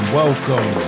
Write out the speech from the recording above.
welcome